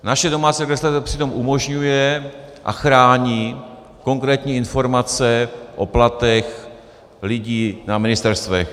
Naše domácí legislativa přitom umožňuje a chrání konkrétní informace o platech lidí na ministerstvech.